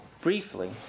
briefly